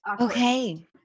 okay